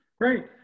Great